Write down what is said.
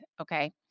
Okay